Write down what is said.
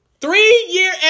three-year